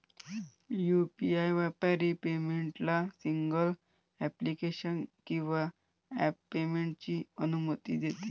UPI व्यापारी पेमेंटला single application किंवा ॲप पेमेंटची अनुमती देते